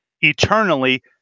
eternally